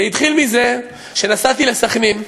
זה התחיל מזה שנסעתי לסח'נין,